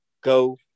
go